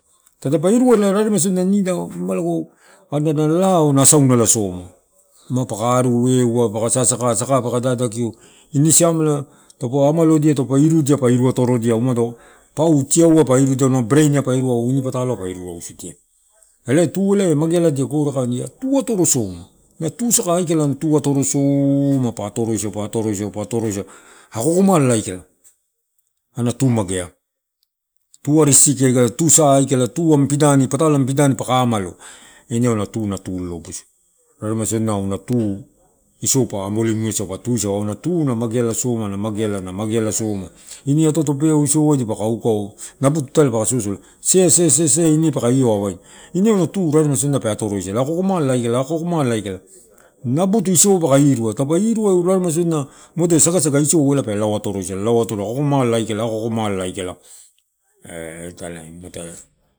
Tadapa irua la raremaisodina mapaka aru eh uaeu, saka peke dadakio ini siam taupe amodia pa irudia, pa iruatorodia tiauai pa irudia, auna, brein, pa, irua, auini pataloai pa iru rausudia elae tu eh magea gore aika tu atorosoma la tu saka aikala, la tu atorosoma, pa atoroisau, pa atoroisau akoakomala aika, ena tu, magea tuari sisiki aikala tusa aikala tu namini pidani, patalo namini pidani paka amalo, ine auna tu na ta lolobusu raremaisoma, na mageala soma ini atoato beausoma. Ini atouto dipaka ukao seasea dipaka io waiwaino tu raremaisodina pe atoro somaisala akoakomala aikala, nabutu isou paka irua taupe irua eu raremai sodina umado sagasaga isou elai pe lao atoroi sala, akoakomala aika.